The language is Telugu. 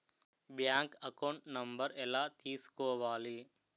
బ్యాంక్ అకౌంట్ నంబర్ ఎలా తీసుకోవాలి?